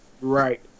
Right